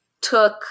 took